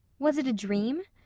was it a dream?